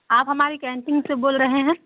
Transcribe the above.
آپ ہماری کینٹین سے بول رہے ہیں